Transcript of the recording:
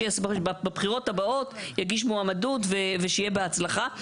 שבבחירות הבאות יגיש מועמדות ושיהיה בהצלחה.